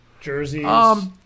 jerseys